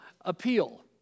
appeal